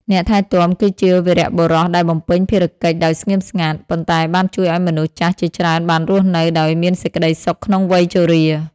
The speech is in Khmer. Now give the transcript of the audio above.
អ្នកថែទាំគឺជាវីរបុរសដែលបំពេញភារកិច្ចដោយស្ងៀមស្ងាត់ ប៉ុន្តែបានជួយឱ្យមនុស្សចាស់ជាច្រើនបានរស់នៅដោយមានសេចក្តីសុខក្នុងវ័យជរា។